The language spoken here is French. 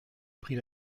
pris